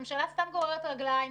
הממשלה סתם גוררת רגליים,